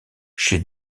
chez